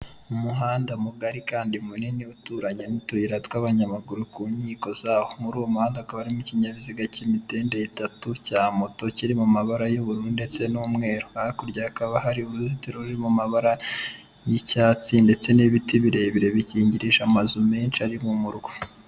Umuhanda mugari kandi munini uturanye n'utuyira tw'abanyamaguru ku nkiko zawo, muri uwo muhanda hakaba harimo ikinkinyabiziga cy'imitende itatu cya moto kiri mu mabara y'ubururu ndetse n'umweru, hakurya hakaba hari uruzitiro ruri mu mabara y'icyatsi ndetse n'ibiti birebire bikingirije amazu menshi ari mu murwa.